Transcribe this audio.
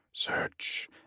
search